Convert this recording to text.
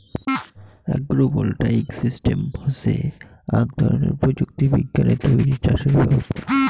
agro voltaic system হসে আক ধরণের প্রযুক্তি বিজ্ঞানে তৈরী চাষের ব্যবছস্থা